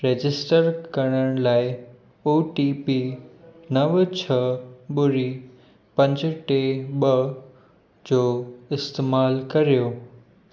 register करण लाइ O T P नव छह ॿुड़ी पंज टे ॿ जो इस्तेमालु कर्यो